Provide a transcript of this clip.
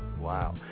Wow